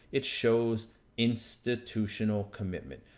it shows institutional commitment.